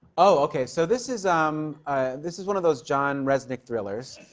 okay. so, this is um ah this is one of those jon reznick thrillers.